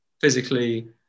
physically